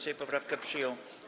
Sejm poprawkę przyjął.